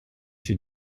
ses